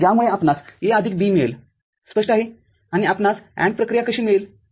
तरज्यामुळे आपणास A आदिक B मिळेल स्पष्ट आहे आणि आपणास AND प्रक्रिया कशी मिळेल